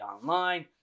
online